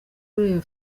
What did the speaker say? ureba